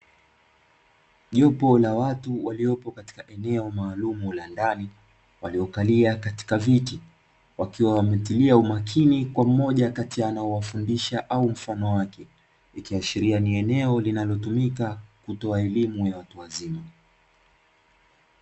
Jopo la watu waliopo katika eneo maalumu la ndani, waliokalia katika viti, wakiwa wametilia umakini kwa mmoja kati ya anayewafundisha au mfano wake, ikiashiria ni eneo linalotumika kutoa elimu ya watu wazima.